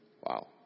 Wow